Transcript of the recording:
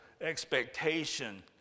expectation